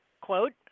quote